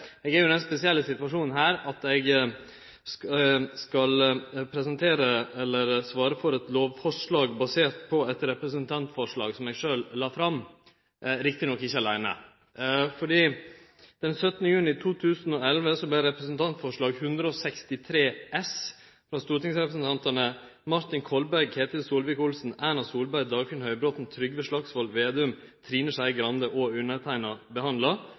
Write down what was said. Eg er i den spesielle situasjonen at eg skal presentere, eller svare for, eit lovforslag basert på eit representantforslag som eg sjølv la fram – riktig nok ikkje aleine. Den 17. juni 2011 vart Representantforslag 163 S frå stortingsrepresentantane Martin Kolberg, Ketil Solvik-Olsen, Erna Solberg, Dagfinn Høybråten, Trygve Slagsvold Vedum, Trine Skei Grande og meg behandla,